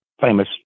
famous